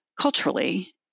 culturally